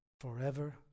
forever